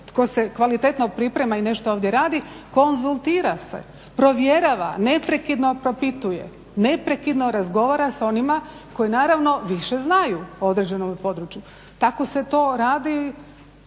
tko se kvalitetno priprema i nešto ovdje radi konzultira se, provjerava, neprekidno propituje, neprekidno razgovara sa onima koji naravno više znaju u određenome području. Tako se to radi